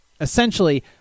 essentially